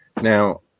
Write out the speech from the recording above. Now